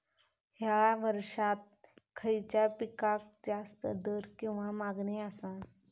हया वर्सात खइच्या पिकाक जास्त दर किंवा मागणी आसा?